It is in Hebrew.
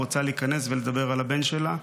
שרוצה להיכנס ולדבר על הבן שלה,